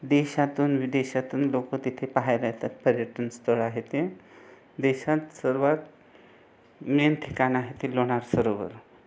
देशातून विदेशातून लोकं तिथे पाहायला येतात पर्यटनस्थळ आहे ते देशात सर्वात मेन ठिकाण आहे ते लोणार सरोवर